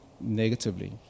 negatively